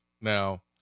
Now